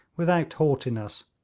without haughtiness,